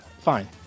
Fine